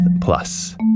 Plus